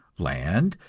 land,